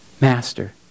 Master